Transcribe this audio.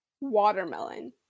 watermelon